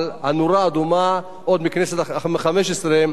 אבל הנורה האדומה כבר נדלקה בכנסת החמש-עשרה,